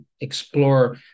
explore